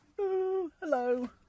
hello